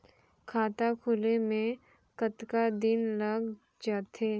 खाता खुले में कतका दिन लग जथे?